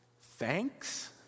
Thanks